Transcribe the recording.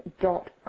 dot